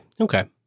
Okay